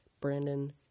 Brandon